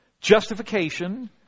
Justification